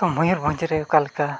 ᱢᱚᱭᱩᱨᱵᱷᱚᱸᱡᱽ ᱨᱮ ᱚᱠᱟ ᱞᱮᱠᱟ